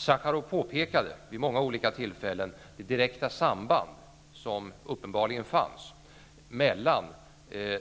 Sacharov påpekade vid många olika tillfällen det direkta samband som uppenbarligen fanns mellan